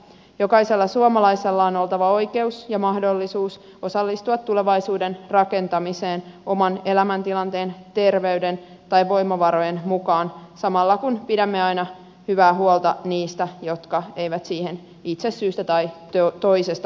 jokaisella suomalaisella on oltava oi keus ja mahdollisuus osallistua tulevaisuuden rakentamiseen oman elämäntilanteen terveyden tai voimavarojen mukaan samalla kun pidämme aina hyvää huolta niistä jotka eivät siihen itse syystä tai toisesta pysty